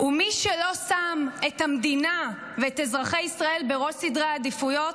מי שלא שם את המדינה ואת אזרחי ישראל בראש סדרי העדיפויות,